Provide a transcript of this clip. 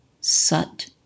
sut